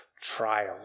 trial